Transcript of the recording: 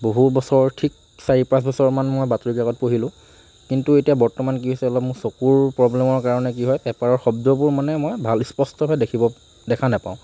বহুত বছৰ ঠিক চাৰি পাঁচ বছৰমান মই বাতৰি কাকত পঢ়িলোঁ কিন্তু এতিয়া বৰ্তমান কি হৈছে অলপ মোৰ চকুৰ প্ৰব্লেমৰ কাৰণে কি হয় পেপাৰৰ শব্দবোৰ মানে মই ভাল স্পষ্টভাৱে দেখিব দেখা নাপাওঁ